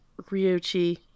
Ryochi